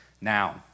now